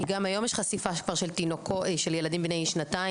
כי כבר היום יש חשיפה של ילדים בני שנתיים-שלוש.